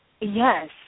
Yes